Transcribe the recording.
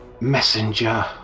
Messenger